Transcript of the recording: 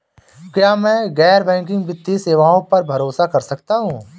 क्या मैं गैर बैंकिंग वित्तीय सेवाओं पर भरोसा कर सकता हूं?